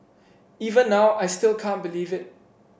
even now I still can't believe it